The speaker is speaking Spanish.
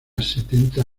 setenta